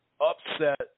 upset